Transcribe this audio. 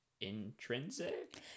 intrinsic